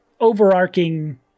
overarching